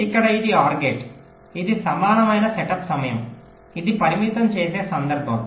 ఇక్కడ ఇది OR gate ఇది సమానమైన సెటప్ సమయం ఇది పరిమితం చేసే సందర్భం